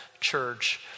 Church